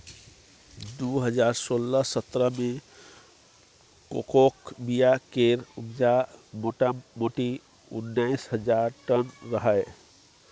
दु हजार सोलह सतरह मे कोकोक बीया केर उपजा मोटामोटी उन्नैस हजार टन रहय